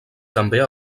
també